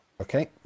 Okay